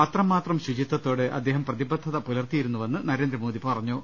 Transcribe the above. അത്രമാത്രം ശുചി ത്വത്തോട് അദ്ദേഹം പ്രതിബദ്ധത പുലർത്തിയിരുന്നുവെന്ന് നരേന്ദ്രമോദി പറഞ്ഞു